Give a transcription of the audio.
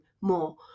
more